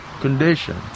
condition